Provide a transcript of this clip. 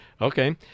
Okay